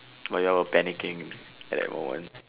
why you all panicking at that moment